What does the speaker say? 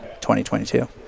2022